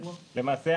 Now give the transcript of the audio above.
למעשה,